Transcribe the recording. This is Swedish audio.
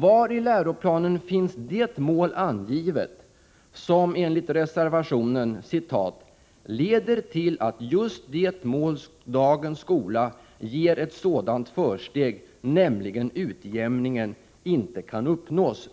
Var i läroplanen finns det mål angivet som enligt reservationen leder till att ”just det mål dagens skola ger ett sådant försteg, nämligen utjämningen, inte kan uppnås”?